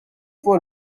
fuq